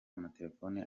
amatelefoni